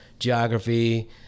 geography